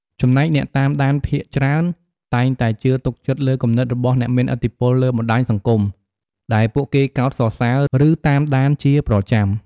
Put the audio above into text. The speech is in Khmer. ចំណែកអ្នកតាមដានភាគច្រើនតែងតែជឿទុកចិត្តលើគំនិតរបស់អ្នកមានឥទ្ធិពលលើបណ្តាញសង្គមដែលពួកគេកោតសរសើរ ឬតាមដានជាប្រចាំ។